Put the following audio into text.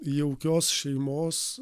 jaukios šeimos